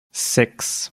sechs